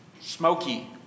smoky